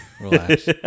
Relax